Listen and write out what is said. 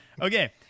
Okay